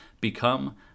become